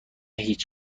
هیچ